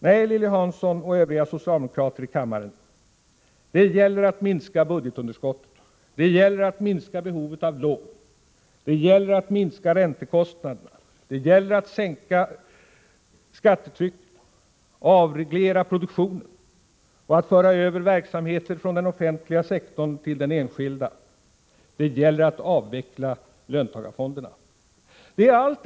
Nej, Lilly Hansson och övriga socialdemokrater i kammaren, det gäller att minska budgetunderskottet, det gäller att minska behovet av lån, det gäller att minska räntekostnaderna, det gäller att sänka skattetrycket, att avreglera produktionen och att föra över verksamheter från den offentliga sektorn till den enskilda. Det gäller att avveckla löntagarfonderna. Herr talman!